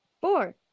Four